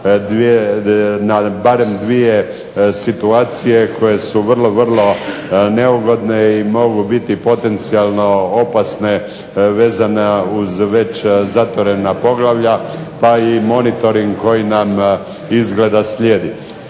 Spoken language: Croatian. na barem dvije situacije koje su vrlo, vrlo neugodne i mogu biti potencijalno opasne vezano uz već zatvorena poglavlja pa i monitoring koji nam izgleda slijedi.